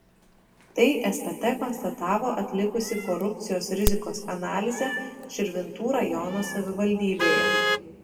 tai stt konstatavo atlikusi korupcijos rizikos analizę širvintų rajono savivaldybėje